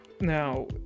now